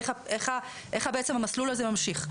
איך בעצם המסלול הזה ממשיך?